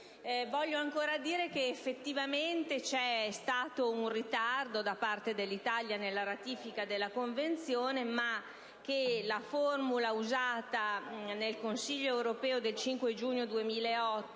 Voglio ancora dire che effettivamente c'è stato un ritardo da parte dell'Italia nella ratifica della Convenzione, ma la formula usata nel Consiglio dell'Unione europea del 5 giugno 2008